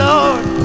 Lord